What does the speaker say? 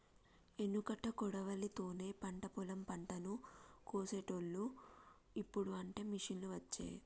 ఎనుకట కొడవలి తోనే పంట పొలం పంటను కోశేటోళ్లు, ఇప్పుడు అంటే మిషిండ్లు వచ్చే